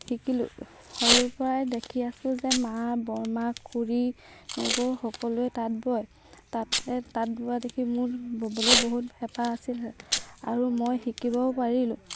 শিকিলোঁ সৰুৰপৰাই দেখি আছো যে মা বৰমা খুৰী নবৌ সকলোৱে তাঁত বয় তাতে তাঁত বোৱা দেখি মোৰ ববলৈ বহুত হেঁপাহ আছিল আৰু মই শিকিবও পাৰিলোঁ